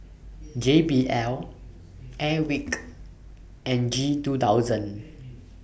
J B L Airwick and G two thousand